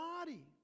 body